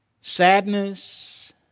sadness